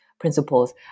Principles